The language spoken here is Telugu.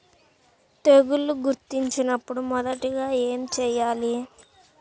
తెగుళ్లు గుర్తించినపుడు మొదటిగా ఏమి చేయాలి?